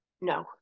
no